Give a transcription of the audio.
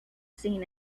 seen